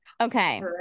Okay